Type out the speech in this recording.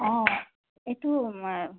অঁ এইটো